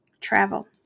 Travel